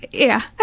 yeah.